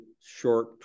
short